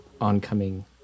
oncoming